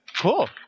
Cool